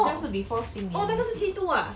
好象是 before 新年